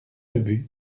ubu